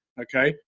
okay